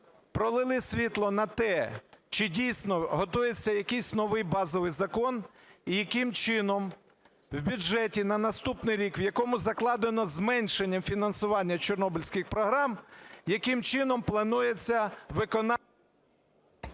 пролили світло на те, чи, дійсно, готується якийсь новий базовий закон, і яким чином в бюджеті на наступний рік, в якому закладено зменшення фінансування чорнобильських програм, яким чином планується… ГОЛОВУЮЧИЙ.